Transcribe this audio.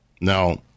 Now